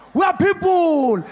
we are people!